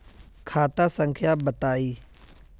खाता संख्या बताई?